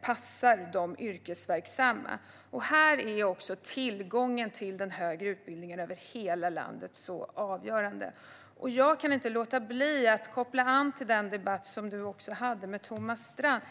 passar de yrkesverksamma. Här är tillgången till den högre utbildningen över hela landet avgörande. Jag kan inte låta bli att koppla detta till den debatt som Fredrik Christensson hade med Thomas Strand.